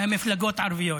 המפלגות הערביות.